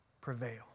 prevail